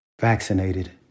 Vaccinated